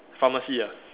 pharmacy ah